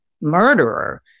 murderer